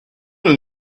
nous